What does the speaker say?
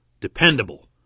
Dependable